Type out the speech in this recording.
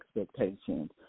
expectations